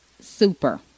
Super